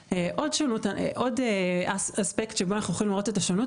עוד אספקט בו אנחנו יכולים לראות את השונות